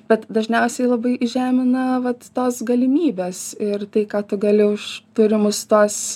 bet dažniausiai labai įžemina vat tos galimybės ir tai ką tu gali už turimus tuos